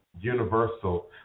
universal